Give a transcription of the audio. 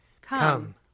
Come